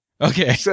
Okay